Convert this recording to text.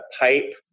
pipe